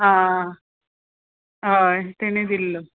आं हय तेणी दिल्लो